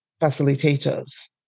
facilitators